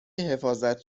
حفاظت